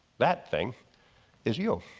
that thing is you.